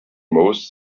most